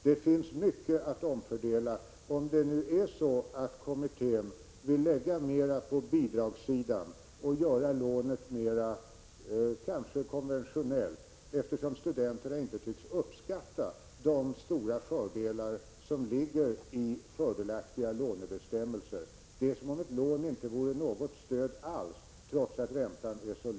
Det finns mycket att omfördela, om det nu är så att kommittén vill lägga mera på bidragssidan och göra lånet mera konventionellt, eftersom studenterna inte tycks uppskatta de stora fördelar som ligger i fördelaktiga lånebestämmelser. Det är som om ett lån inte vore något stöd alls, trots att räntan är så låg.